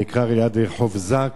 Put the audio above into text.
זה נקרא רחוב זקס.